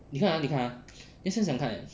你看 ah 你看 ah 你要想想看 eh